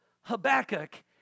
Habakkuk